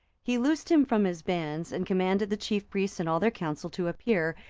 he loosed him from his bands, and commanded the chief priests and all their council to appear,